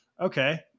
okay